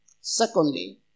Secondly